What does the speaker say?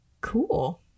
Cool